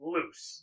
loose